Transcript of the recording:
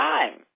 Time